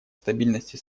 стабильности